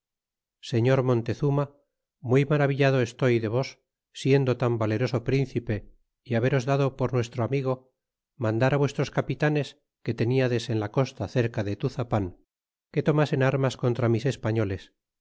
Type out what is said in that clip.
señor montezuma muy maravillado estoy de vos siendo tan valeroso príncipe y baberos dado por nuestro amigo mandar vuestros capitanes que teniades en la costa cerca de tuzapan que tomasen armas contra mis españoles